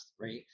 right